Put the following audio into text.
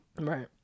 Right